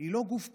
היא לא גוף פרטי,